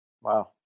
Wow